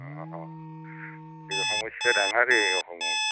অঁ অঁ অঁ গতিকে সমস্যা ডাঙৰেই অসমত